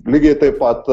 lygiai taip pat